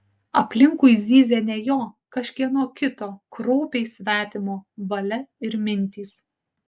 aplinkui zyzė ne jo kažkieno kito kraupiai svetimo valia ir mintys